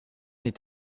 est